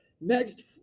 Next